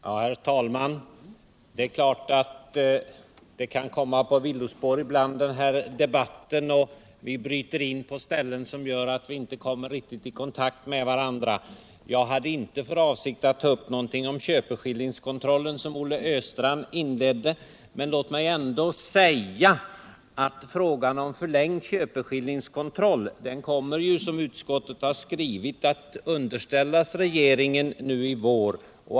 Herr talman! Debatten kan ibland komma på villospår, och det gör att vi inte riktigt kommer i kontakt med varandra. Jag hade inte för avsikt att ta upp köpeskillingskontrollen, som Olle Östrand inledde sitt anförande med, men låt mig ändå säga att frågan om förlängd köpeskillingskontroll kommer att underställas regeringen nu i vår.